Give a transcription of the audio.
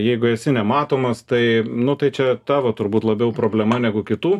jeigu esi nematomas tai nu tai čia tavo turbūt labiau problema negu kitų